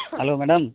hello madam